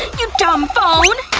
you dumb phone!